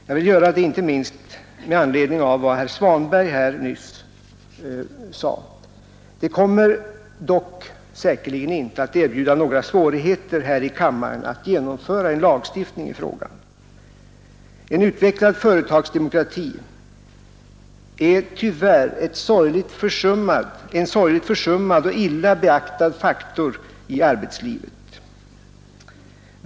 Jag vill göra det inte minst med anledning av vad herr Svanberg nyss sade. Det kommer dock säkerligen inte att erbjuda några svårigheter här i kammaren att genomföra en lagstiftning i frågan. En utvecklad företagsdemokrati är tyvärr en sorgligt försummad och illa beaktad faktor i arbetslivet.